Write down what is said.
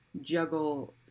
juggle